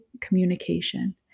communication